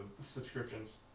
Subscriptions